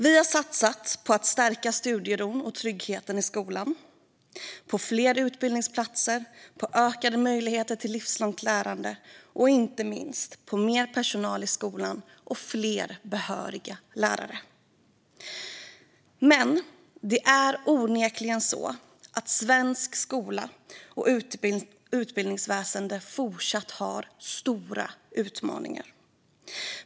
Vi har satsat på stärkt studiero och trygghet i skolan, på fler utbildningsplatser, på utökade möjligheter till livslångt lärande och inte minst på mer personal i skolan och fler behöriga lärare. Men det är onekligen så att svensk skola och svenskt utbildningsväsen fortsatt har stora utmaningar.